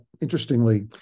interestingly